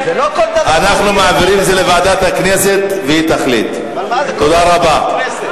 14, נגד, אין, נמנעים, 2. מה קרה לשעון שלך?